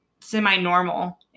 semi-normal